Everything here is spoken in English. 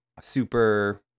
super